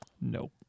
Nope